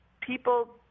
people